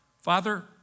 Father